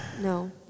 No